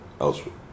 elsewhere